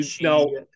No